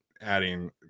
adding